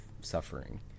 suffering